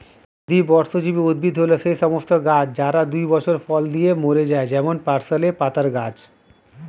দ্বিবর্ষজীবী উদ্ভিদ হল সেই সমস্ত গাছ যারা দুই বছর ফল দিয়ে মরে যায় যেমন পার্সলে পাতার গাছ